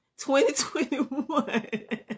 2021